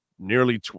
Nearly